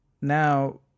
now